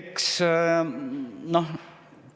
Eks